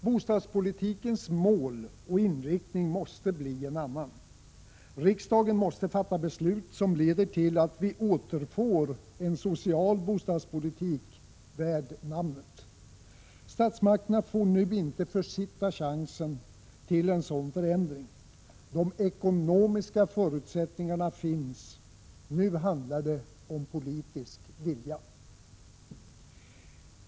Bostadspolitikens mål och inriktning måste ändras. Riksdagen måste fatta beslut som leder till att vi återfår en social bostadspolitik värd namnet. Statsmakterna får nu inte försitta chansen till en sådan förändring. De ekonomiska förutsättningarna finns. Nu handlar det om politisk vilja.